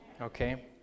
Okay